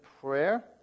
prayer